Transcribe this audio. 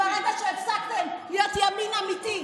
אבל ברגע שהפסקתם להיות ימין אמיתי,